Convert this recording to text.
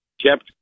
kept